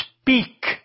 speak